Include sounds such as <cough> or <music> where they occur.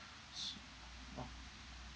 <noise> orh